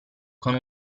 con